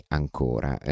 ancora